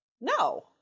no